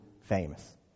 famous